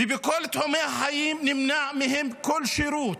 ובכל תחומי החיים נמנע מהם כל שירות,